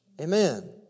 Amen